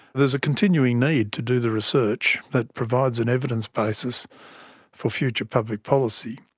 there's a continuing need to do the research that provides an evidence basis for future public policy.